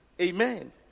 Amen